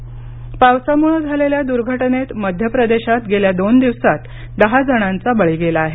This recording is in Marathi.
मध्यप्रदेश पाऊस पावसामुळे झालेल्या दुर्घटनेत मध्य प्रदेशात गेल्या दोन दिवसात दहा जणांचा बळी गेला आहे